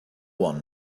one